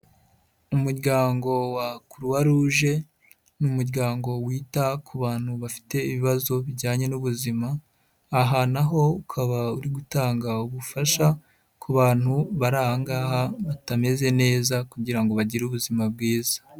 Umuryango wa Croix Rouge ni umuryango wita ku bantu bafite ibibazo bijyanye n'ubuzima aha na ho ukaba uri gutanga ubufasha ku bantu bari aha ngaha batameze neza kugira ngo bagire ubuzima bwiza.